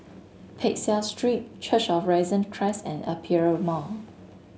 Peck Seah Street Church of Risen Christ and Aperia Mall